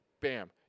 Bam